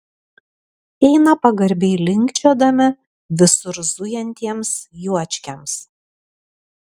eina pagarbiai linkčiodami visur zujantiems juočkiams